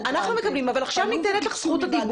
עכשיו יש לך את זכות הדיבור ואת יכולה לומר את הדברים.